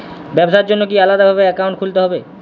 ব্যাবসার জন্য কি আলাদা ভাবে অ্যাকাউন্ট খুলতে হবে?